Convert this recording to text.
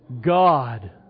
God